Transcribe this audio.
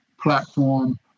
platform